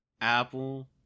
apple